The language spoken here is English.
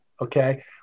okay